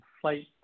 flight